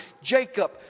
Jacob